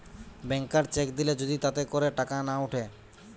ব্যাংকার cheque দিলে যদি তাতে করে টাকা না উঠে